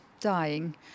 dying